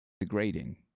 degrading